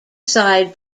side